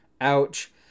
Ouch